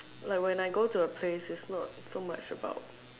like when I go to a place is not so much about